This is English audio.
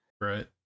Right